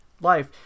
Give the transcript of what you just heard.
life